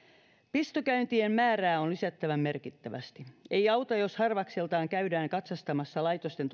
pistokäyntien määrää on lisättävä merkittävästi ei auta jos harvakseltaan käydään katsastamassa laitosten